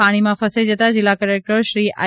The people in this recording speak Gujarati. પાણીમાં ફસાઇ જતા જિલ્લા કલેકટર શ્રી આઈ